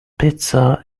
pizza